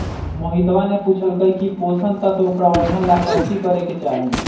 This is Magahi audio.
मोहितवा ने पूछल कई की पोषण तत्व प्रबंधन ला काउची करे के चाहि?